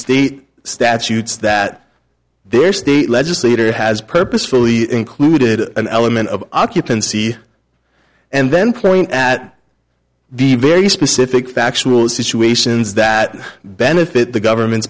state statutes that their state legislature has purposefully included an element of occupancy and then playing at the very specific factual situations that benefit the government